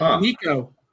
Nico